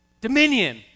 Dominion